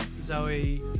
Zoe